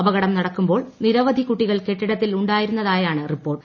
അപകടം നടക്കുമ്പോൾ നിരവധി കുട്ടികൾ കെട്ടിടത്തിൽ ഉണ്ടായിരുന്നതായാണ് റിപ്പോർട്ട്